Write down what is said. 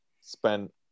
spent